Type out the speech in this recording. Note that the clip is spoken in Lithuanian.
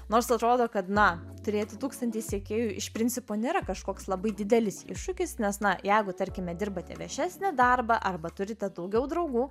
nors atrodo kad na turėti tūkstantį sekėjų iš principo nėra kažkoks labai didelis iššūkis nes na jeigu tarkime dirbate viešesnį darbą arba turite daugiau draugų